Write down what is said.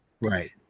Right